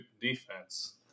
defense